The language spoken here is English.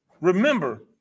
Remember